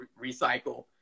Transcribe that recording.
recycle